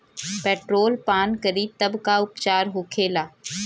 Petrol पान करी तब का उपचार होखेला?